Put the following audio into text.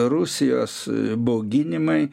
rusijos bauginimai